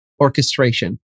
orchestration